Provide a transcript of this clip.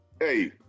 hey